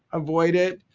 avoid it.